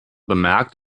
bemerkt